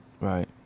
Right